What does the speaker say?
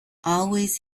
always